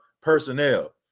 personnel